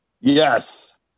Yes